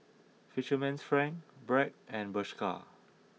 Fisherman's Friend Bragg and Bershka